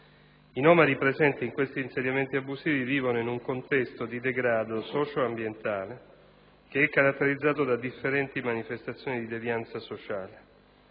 I nomadi presenti in questi insediamenti abusivi vivono in un contesto di degrado socio-ambientale caratterizzato da differenti manifestazioni di devianza sociale.